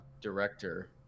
director